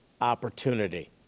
opportunity